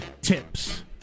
tips